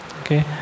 okay